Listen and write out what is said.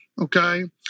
okay